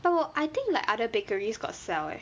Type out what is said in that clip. but 我 I think like other bakeries got sell eh